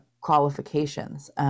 qualifications